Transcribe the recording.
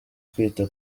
kwita